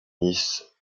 nice